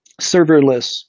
serverless